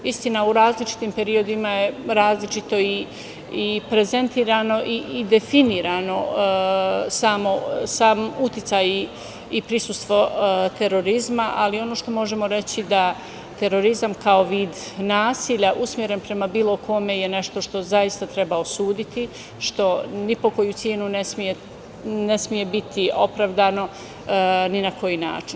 Istina, u različitim periodima je različito i prezentovano i definisano, samo sam uticaj i prisustvo terorizma, ali ono što možemo reči je da terorizam kao vid nasilja usmeren prema bilo kome je nešto što zaista treba osuditi, što ni po koju cenu ne sme biti opravdano ni na koji način.